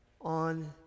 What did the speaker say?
On